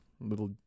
little